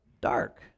dark